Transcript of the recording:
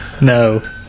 no